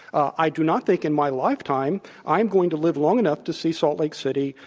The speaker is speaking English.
i do not think in my lifetime i'm going to live long enough to see salt lake city,